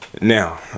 Now